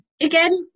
again